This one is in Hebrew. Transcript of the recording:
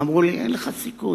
אמרו לי: אין לך סיכוי.